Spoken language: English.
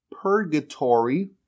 Purgatory